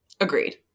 Agreed